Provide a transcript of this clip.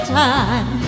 time